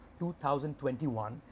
2021